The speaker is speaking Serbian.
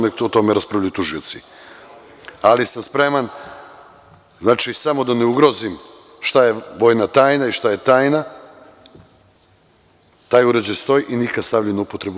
Neka o tome raspravljaju tužioci, ali sam spreman, samo da ne ugrozim šta je vojna tajna i šta je tajna, taj uređaj stoji i nije nikada stavljen u upotrebu.